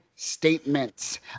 statements